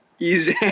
Easy